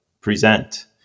present